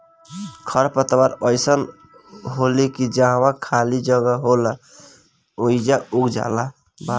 खर पतवार अइसन होला की जहवा खाली जगह होला ओइजा उग जाला